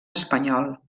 espanyol